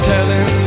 Telling